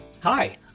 Hi